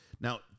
Now